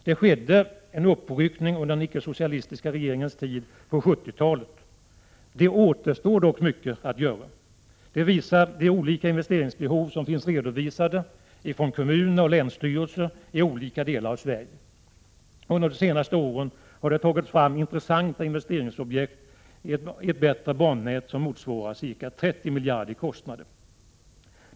Det skedde en uppryckning under den icke-socialistiska regeringens tid på 70-talet. Det återstår dock mycket att göra. Det visar de olika investeringsbehov som finns redovisade ifrån kommuner och länsstyrelser i olika delar av Sverige. Under de senaste åren har det tagits fram intressanta investeringsobjekt i ett bättre bannät vilka motsvarar ca 30 miljarder i kostnader.